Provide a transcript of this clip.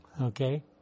okay